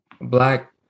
black